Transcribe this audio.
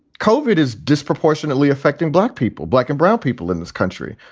covered is disproportionately affecting black people, black and brown people in this country.